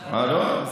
אה, לא?